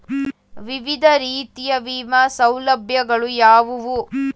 ವಿವಿಧ ರೀತಿಯ ವಿಮಾ ಸೌಲಭ್ಯಗಳು ಯಾವುವು?